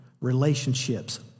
relationships